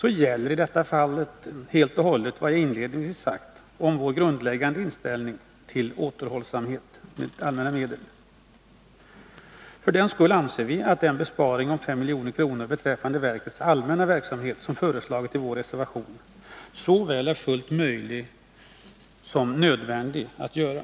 I det fallet gäller helt och hållet vad jag inledningsvis har sagt om vår grundläggande inställning till återhållsamhet med allmänna medel. För den skull anser vi att den besparing om 5 milj.kr. beträffande verkets allmänna verksamhet som vi har föreslagit i vår reservation är såväl fullt möjlig som nödvändig att göra.